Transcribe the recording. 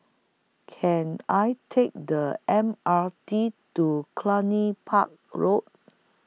Can I Take The M R T to Cluny Park Road